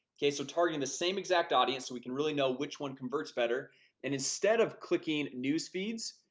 okay so targeting the same exact audience so we can really know which one converts better and instead of clicking news feeds.